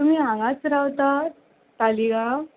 तुमी हांगाच रावता तालीगांव